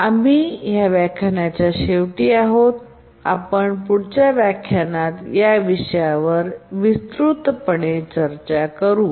आम्ही व्याख्यानाच्या शेवटी आहोत आणि पुढच्या व्याख्यानात या विषयावर विस्तृतपणे चर्चा करू